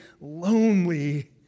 lonely